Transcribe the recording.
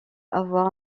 avoir